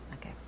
Okay